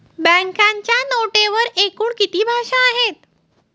बँकेच्या नोटेवर एकूण किती भाषा आहेत?